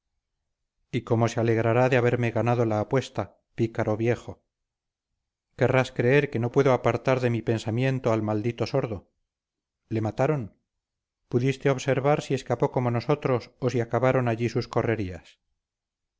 y cómo se alegrará de haberme ganado la apuesta pícaro viejo querrás creer que no puedo apartar de mi pensamiento al maldito sordo le mataron pudiste observar si escapó como nosotros o si acabaron allí sus correrías